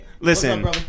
Listen